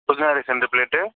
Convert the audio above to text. புதினா ரைஸ் ரெண்டு ப்ளேட்டு